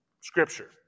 Scripture